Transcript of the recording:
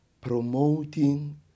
promoting